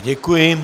Děkuji.